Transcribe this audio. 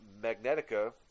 Magnetica